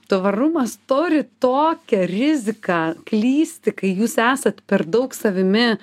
tvarumas turi tokią riziką klysti kai jūs esat per daug savimi